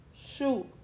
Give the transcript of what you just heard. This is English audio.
Shoot